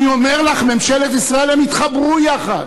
אני אומר לךְ, ממשלת ישראל: הם יתחברו יחד,